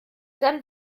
dann